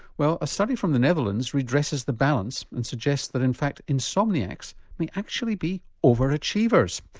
well a study from the netherlands redresses the balance and suggests that in fact insomniacs may actually be over-achievers!